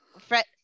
Fred